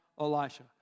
Elisha